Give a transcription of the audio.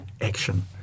action